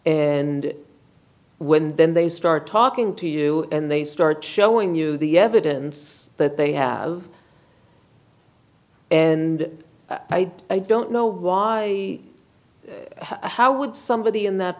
then they start talking to you and they start showing you the evidence that they have and i don't know why how would somebody in that